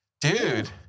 Dude